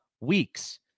weeks